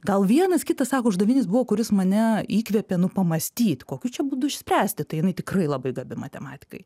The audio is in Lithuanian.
gal vienas kitas sako uždavinys buvo kuris mane įkvėpė nu pamąstyt kokiu čia būdu išspręsti tai jinai tikrai labai gabi matematikai